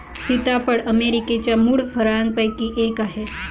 सीताफळ अमेरिकेच्या मूळ फळांपैकी एक आहे